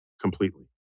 completely